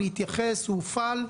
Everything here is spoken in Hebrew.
הוא הופעל,